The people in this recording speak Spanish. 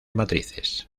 matrices